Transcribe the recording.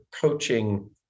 coaching